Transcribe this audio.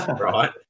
right